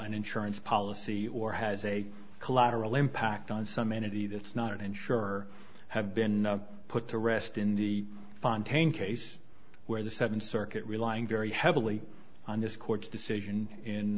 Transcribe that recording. an insurance policy or has a collateral impact on some entity that's not an insurer have been put to rest in the fontayne case where the seventh circuit relying very heavily on this court's decision in